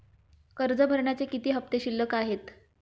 कर्ज भरण्याचे किती हफ्ते शिल्लक आहेत?